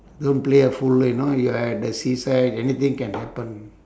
don't play a fool eh you know you are at the seaside anything can happen